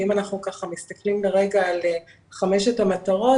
ואם אנחנו מסתכלים על חמש המטרות,